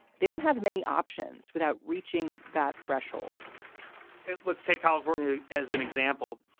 they don't have many options without reaching that threshold let's take california as an example.